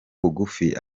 bugufi